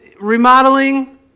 remodeling